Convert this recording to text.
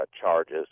charges